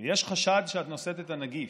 ויש חשד שאת נושאת את הנגיף,